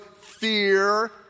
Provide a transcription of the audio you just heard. fear